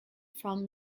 from